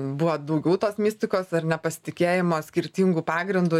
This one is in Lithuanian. buvo daugiau tos mistikos ar nepasitikėjimo skirtingu pagrindu